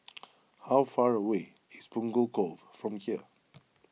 how far away is Punggol Cove from here